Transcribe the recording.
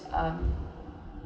um